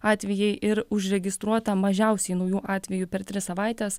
atvejai ir užregistruota mažiausiai naujų atvejų per tris savaites